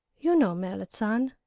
you know, merrit san?